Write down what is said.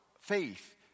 faith